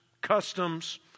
customs